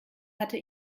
hatte